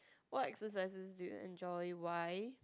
what exercises do you enjoy why